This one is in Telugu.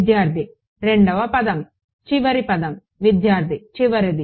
విద్యార్థి రెండవ పదం విద్యార్థి చివరిది